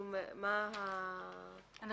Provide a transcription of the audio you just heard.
אנחנו